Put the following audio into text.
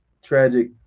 Tragic